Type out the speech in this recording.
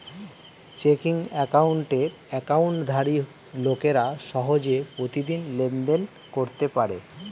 checking অ্যাকাউন্টের অ্যাকাউন্টধারী লোকেরা সহজে প্রতিদিন লেনদেন করতে পারে